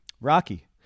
Rocky